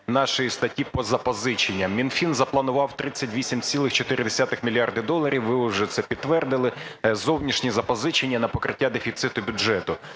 нашої статті по запозиченням. Мінфін запланував 38,4 мільярда доларів, ви це вже підтвердили, зовнішні запозичення на покриття дефіциту бюджету.